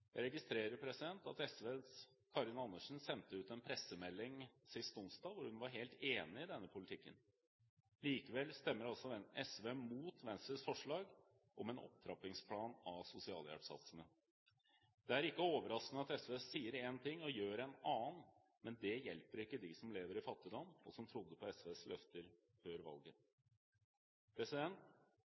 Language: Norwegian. Jeg registrer at SVs Karin Andersen sendte ut en pressemelding sist uke hvor hun var helt enig i denne politikken. Likevel stemmer altså SV mot Venstres forslag om en opptrappingsplan av sosialhjelpssatsene. Det er ikke overraskende at SV sier én ting og gjør en annen, men det hjelper ikke dem som lever i fattigdom, og som trodde på SVs løfter før